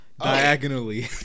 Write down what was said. Diagonally